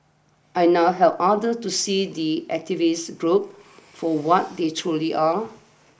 I now help others to see the activist group for what they truly are